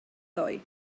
ddoe